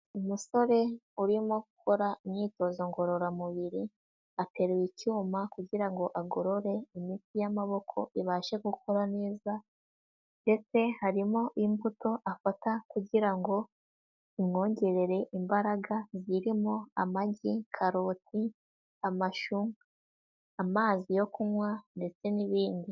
Umusore urimo gukora imyitozo ngororamubiri, ateruye icyuma kugira ngo agorore imitsi y'amaboko ibashe gukora neza ndetse harimo imbuto afata kugira ngo bimwongerere imbaraga zirimo amagi, karoti, amashu, amazi yo kunywa ndetse n'ibindi.